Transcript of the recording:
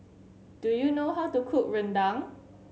do you know how to cook Rendang